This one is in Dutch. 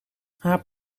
haar